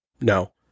No